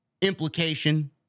implication